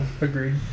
Agreed